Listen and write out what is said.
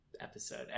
episode